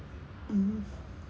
mm